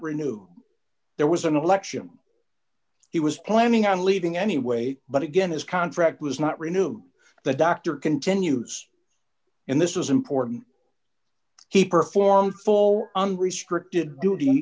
renewed there was an election he was planning on leaving anyway but again his contract was not renewed the doctor continues and this is important he performed full unrestricted duty